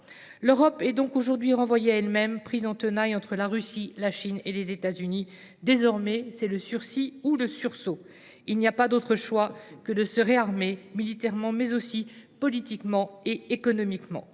L’Europe est donc aujourd’hui renvoyée à elle même, prise en tenaille entre la Russie, la Chine et les États Unis. Désormais, c’est le sursis ou le sursaut ! Il n’y a pas d’autre choix que de se réarmer militairement, mais aussi politiquement et économiquement.